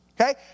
Okay